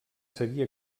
seguir